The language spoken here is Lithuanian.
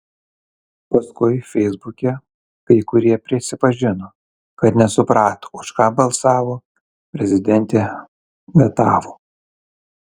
paskui feisbuke kai kurie prisipažino kad nesuprato už ką balsavo prezidentė vetavo